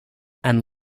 and